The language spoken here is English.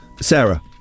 Sarah